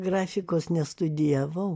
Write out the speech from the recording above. grafikos nestudijavau